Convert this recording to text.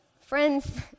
Friends